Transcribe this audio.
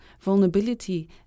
Vulnerability